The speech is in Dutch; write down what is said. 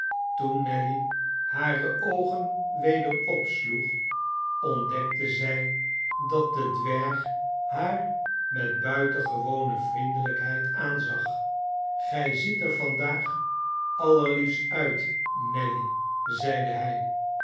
toen nelly hare oogen weder opsloeg ontdekte zij dat de dwerg haar met buitengewone vriendelijkheid aanzag gij ziet er vandaag allerliefst uit nelly zeide hij